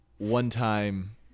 one-time